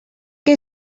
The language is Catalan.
que